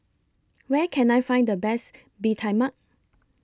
Where Can I Find The Best Bee Tai Mak